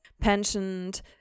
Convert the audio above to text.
pensioned